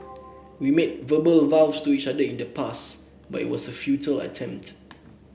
we made verbal vows to each other in the past but it was a futile attempt